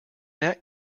that